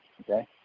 okay